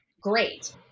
great